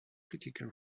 critical